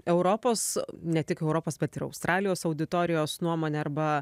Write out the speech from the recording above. europos ne tik europos bet ir australijos auditorijos nuomone arba